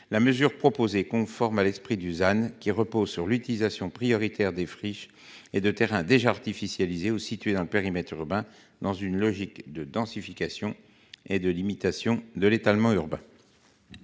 que nous proposons est conforme à l'esprit de l'objectif ZAN, qui repose sur l'utilisation prioritaire de friches et de terrains déjà artificialisés ou situés dans un périmètre urbain, dans une logique de densification et de limitation de l'étalement urbain.